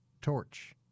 torch